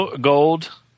gold